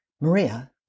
Maria